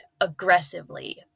aggressively